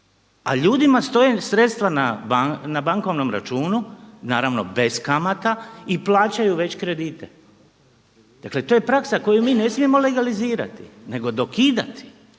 a ljudima stoje sredstva na bankovnom računu, naravno bez kamata i plaćaju već kredite. Dakle, to je praksa koju mi ne smijemo legalizirati nego dokidati.